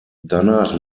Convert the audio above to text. danach